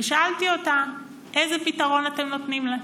ושאלתי אותה: איזה פתרון אתם נותנים להן?